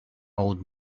old